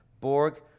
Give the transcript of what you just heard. Borg